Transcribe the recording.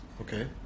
okay